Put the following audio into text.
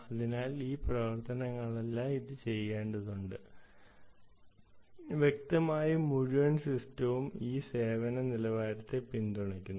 അതിനാൽ ഈ പ്രവർത്തനങ്ങളെല്ലാം ഇത് ചെയ്യേണ്ടതുണ്ട് വ്യക്തമായും മുഴുവൻ സിസ്റ്റവും ഈ സേവന നിലവാരത്തെ പിന്തുണയ്ക്കുന്നു